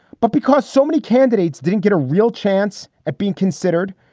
but because so many candidates didn't get a real chance at being considered.